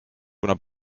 kuna